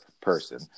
person